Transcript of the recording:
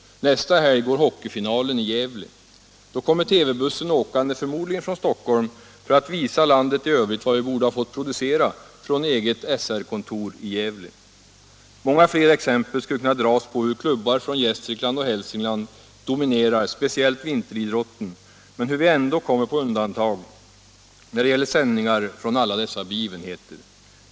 Nästa helg går hockeyfinalen i Gävle. Då kommer förmodligen TV-bussen från Stock holm för att visa landet i övrigt vad vi borde ha fått producera från eget SR kontor i Gävle. Många fler exempel skulle kunna dras på hur klubbar från Gästrikland och Hälsingland dominerar speciellt vinteridrotten men hur vi ändå kommer på undantag när det gäller sändningar från alla dessa begivenheter.